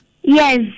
yes